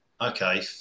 okay